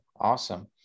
awesome